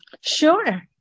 Sure